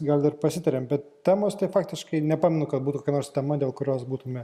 gal ir pasitariam bet temos tai faktiškai nepamenu kad būtų kokia nors tema dėl kurios būtume